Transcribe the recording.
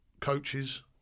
coaches